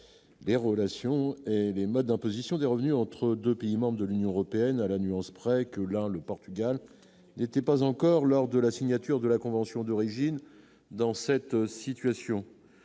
et relations et les modes d'imposition des revenus entre 2 pays membres de l'Union européenne à la nuance près que l'le Portugal n'était pas encore lors de la signature de la convention d'origine. Dans cette situation,